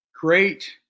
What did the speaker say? great